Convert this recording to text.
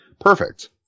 perfect